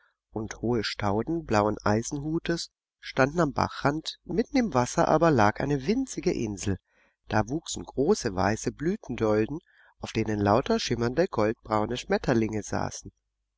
und hohe stauden blauen eisenhutes standen am bachrand mitten im wasser aber lag eine winzige insel da wuchsen große weiße blütendolden auf denen lauter schimmernde goldbraune schmetterlinge saßen